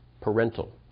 parental